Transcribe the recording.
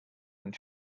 and